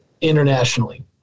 internationally